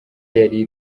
yari